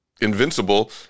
invincible